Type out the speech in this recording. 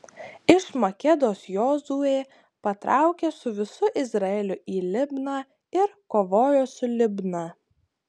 iš makedos jozuė patraukė su visu izraeliu į libną ir kovojo su libna